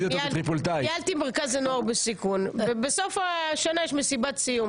ניהלתי מרכז נוער בסיכון ובסוף השנה יש מסיבת סיום.